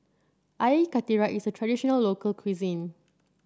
Air Karthira is a traditional local cuisine